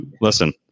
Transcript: listen